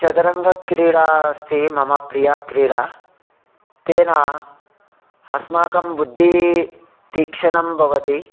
चतुरङ्गक्रीडा अस्ति मम प्रिया क्रीडा तेन अस्माकं बुद्धिः तीक्ष्णं भवति